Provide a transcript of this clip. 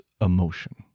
emotion